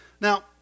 Now